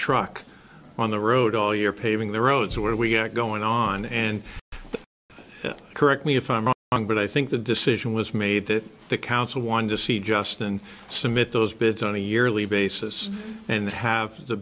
truck on the road all year paving the road to where we are going on and correct me if i'm wrong but i think the decision was made that the council wanted to see just and submit those bids on a yearly basis and have the